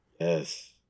Yes